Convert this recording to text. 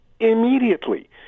immediately